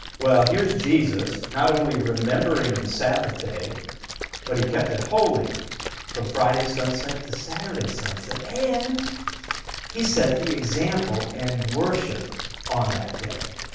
well here's jesus, not only remembering the sabbath day but he kept it holy from friday sunset to saturday sunset. and he set the example and worshiped on that day.